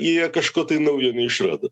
jie kažko tai naujo neišrado